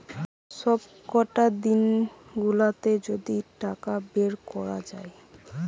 সবকটা দিন গুলাতে যদি টাকা বের কোরা যায়